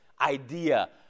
idea